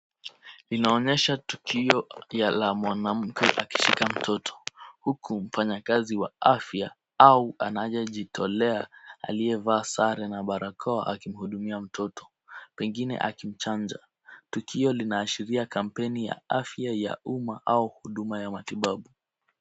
Inaonyesha tukio la mwanamke akishika mtoto, huku mfanyakazi wa afya au anayejitolea aliyevaa sare na barakoa, akimhudumia mtoto, pengine akimchanja. Tukio linaashiria kampeni ya afya ya umma au huduma ya matibabu.